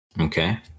okay